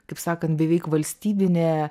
kaip sakant beveik valstybinė